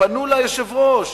פנו ליושב-ראש,